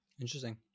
Interesting